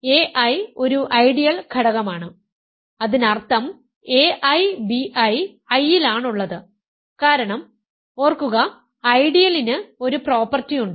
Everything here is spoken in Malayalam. ai ഒരു ഐഡിയൽ ഘടകമാണ് അതിനർത്ഥം ai bi I ലാണുള്ളത് കാരണം ഓർക്കുക ഐഡിയലിന് ഒരു പ്രോപ്പർട്ടി ഉണ്ട്